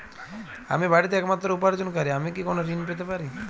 আমি বাড়িতে একমাত্র উপার্জনকারী আমি কি কোনো ঋণ পেতে পারি?